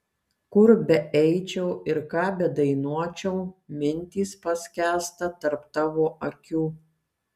kur beeičiau ir ką bedainuočiau mintys paskęsta tarp tavo akių